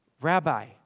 Rabbi